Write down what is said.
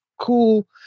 cool